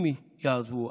אם יעזבו,